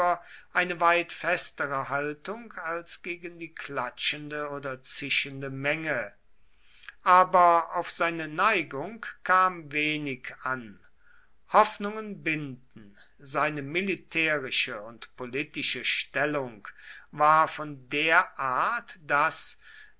eine weit festere haltung als gegen die klatschende oder zischende menge aber auf seine neigung kam wenig an hoffnungen binden seine militärische und politische stellung war von der art daß